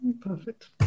perfect